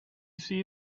see